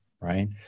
right